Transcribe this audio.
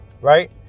right